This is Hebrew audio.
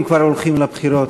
אם כבר הולכים לבחירות.